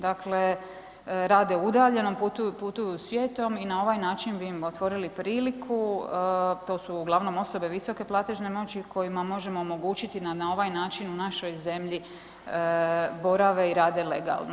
Dakle, rade udaljeno, putuju svijetom i na ovaj način bi im otvorili priliku, to su uglavnom osobe visoke platežne moći kojima možemo omogućiti da na ovaj način u našoj zemlji borave i rade legalno.